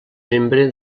membre